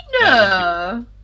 no